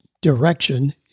direction